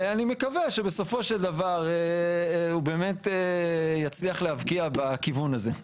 ואני מקווה שבסופו של דבר הוא באמת יצליח להבקיע בכיוון הזה.